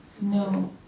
No